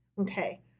Okay